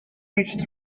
reached